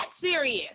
serious